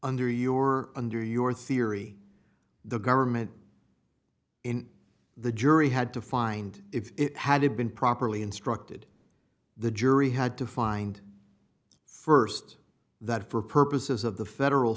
under your under your theory the government in the jury had to find if it had been properly instructed the jury had to find st that for purposes of the federal